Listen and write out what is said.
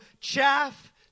chaff